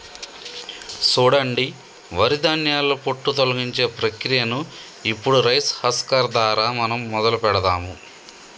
సూడండి వరి ధాన్యాల పొట్టు తొలగించే ప్రక్రియను ఇప్పుడు రైస్ హస్కర్ దారా మనం మొదలు పెడదాము